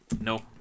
no